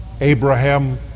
Abraham